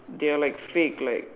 they are like fake like